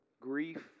grief